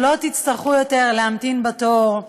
לא תצטרכו יותר להמתין בתור,